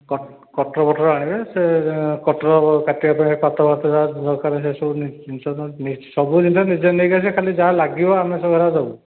କଟ cutter ଫଟର୍ ଆଣିବ ସେ କଟର୍ କାଟିବା ପାଇଁ ପାତ ଥିଲା ସେସବୁ ଜିନିଷ ଧରିକି ଆସିବ ଯାହା ଲାଗିବ ଆମେ ଖାଲି ଦେବୁ